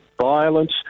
violence